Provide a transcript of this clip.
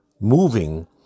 moving